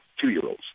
two-year-olds